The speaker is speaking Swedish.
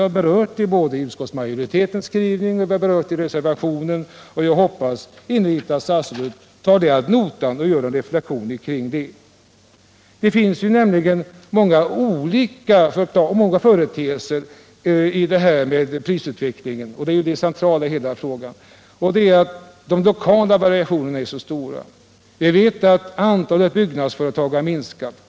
Detta berörs både i utskottsmajoritetens skrivning och i reservationen, och jag hoppas innerligt att statsrådet tar det ad notam och gör någon = Nr 43 reflexion kring det. Det finns nämligen många olika företeelser i prisutvecklingen, och det är det centrala i frågan. De lokala variationerna är stora. Antalet byggnadsföretag har minskat.